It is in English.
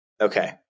Okay